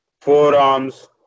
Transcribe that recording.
forearms